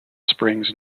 springs